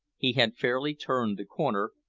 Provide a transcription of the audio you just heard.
he had fairly turned the corner,